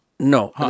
No